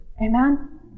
Amen